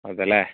അതെ അല്ലേ